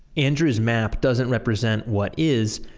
andrew's map doesn't represent what is.